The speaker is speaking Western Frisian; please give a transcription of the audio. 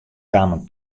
kamen